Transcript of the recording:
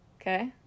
Okay